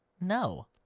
No